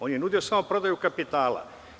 On je nudio samo prodaju kapitala.